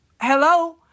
Hello